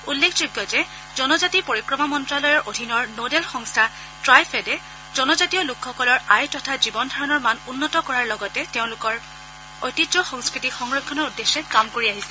উল্লেখযোগ্য যে জনজাতি পৰিক্ৰমা মন্ত্যালয়ৰ অধীনৰ নডেল সংস্থা ট্ৰাইফেডে জনজাতীয় লোকসকলৰ আয় তথা জীৱন ধাৰণৰ মান উন্নত কৰাৰ লগতে তেওঁলোকৰ ঐতিহ্য সংস্কৃতি সংৰক্ষণৰ উদ্দেশ্যে কাম কৰি আহিছে